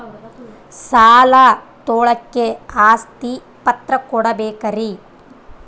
ಸಾಲ ತೋಳಕ್ಕೆ ಆಸ್ತಿ ಪತ್ರ ಕೊಡಬೇಕರಿ?